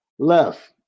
Left